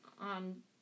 on